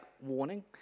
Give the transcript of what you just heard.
warning